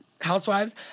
housewives